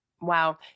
wow